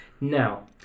now